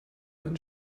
einen